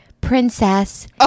princess